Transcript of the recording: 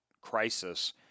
crisis